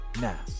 Now